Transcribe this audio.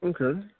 Okay